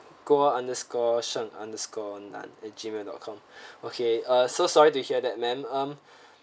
guo underscore sheng underscore nan at gmail dot com okay uh so sorry to hear that ma'am um